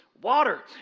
water